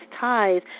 ties